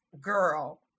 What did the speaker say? girl